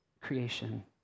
creation